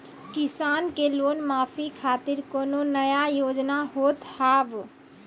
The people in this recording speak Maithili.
किसान के लोन माफी खातिर कोनो नया योजना होत हाव?